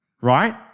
right